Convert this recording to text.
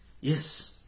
Yes